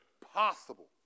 possible